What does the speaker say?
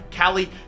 Callie